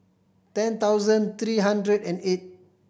ten thousand three hundred and eight